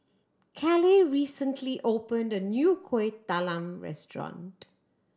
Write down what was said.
Caleigh recently opened a new Kueh Talam restaurant